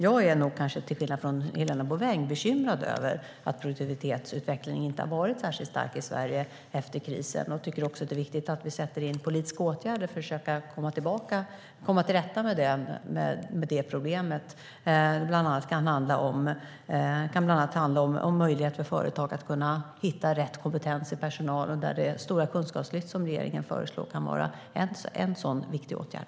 Jag är till skillnad från Helena Bouveng bekymrad över att produktivitetsutvecklingen inte har varit särskilt stark i Sverige efter krisen. Jag tycker att det är viktigt att sätta in politiska åtgärder för att försöka komma till rätta med det problemet. Det kan bland annat handla om möjlighet för företag att hitta rätt kompetens hos personal. Det stora kunskapslyft som regeringen har föreslagit kan vara en sådan viktig åtgärd.